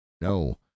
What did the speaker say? no